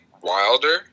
Wilder